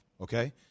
okay